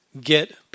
get